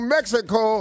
Mexico